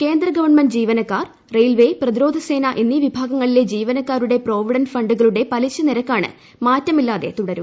കേന്ദ്ര ഗവൺമെന്റ് ജീവനക്കാർ പ്ലാറയിൽവേ പ്രതിരോധ സേന എന്നീ വിഭാഗങ്ങളിലെ ജീവനക്കാരുട്ട പ്രോവിഡന്റ് ഫണ്ടുകളുടെ പലിശനിരക്കാണ് മാറ്റമില്ലാതെ രൂട്രുക